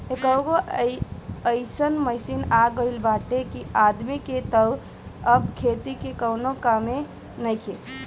एकहगो अइसन मशीन आ गईल बाटे कि आदमी के तअ अब खेती में कवनो कामे नइखे